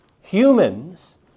humans